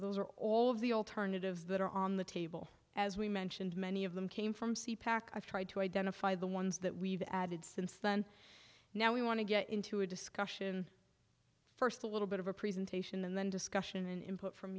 those are all of the alternatives that are on the table as we mentioned many of them came from c pac i've tried to identify the ones that we've added since then now we want to get into a discussion first a little bit of a presentation and then discussion and input from